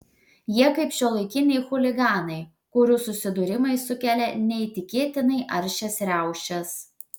jie kaip šiuolaikiniai chuliganai kurių susidūrimai sukelia neįtikėtinai aršias riaušes